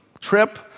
trip